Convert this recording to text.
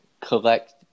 collect